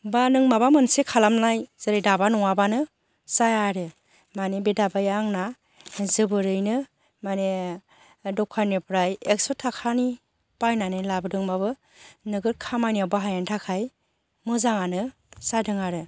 बा नों माबा मोनसे खालामनाय जेरै दाबा नङाबानो जाया आरो मानि बे दाबाया आंना जोबोरैनो माने दखाननिफ्राय एकश' थाखानि बायनानै लाबोदोंबाबो नोगोर खामानियाव बाहायनो थाखाय मोजाङानो जादों आरो